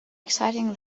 exciting